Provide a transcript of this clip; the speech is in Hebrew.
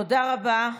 תודה רבה.